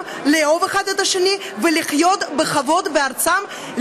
מלאהוב אחד את השני ולחיות בכבוד בארצם,